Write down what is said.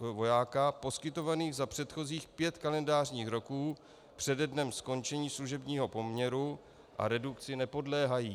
vojáka poskytovaných za předchozích pět kalendářních roků přede dnem skončení služebního poměru a redukci nepodléhají.